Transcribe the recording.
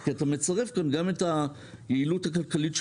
כי אתה מצרף כאן גם את היעילות הכלכלית של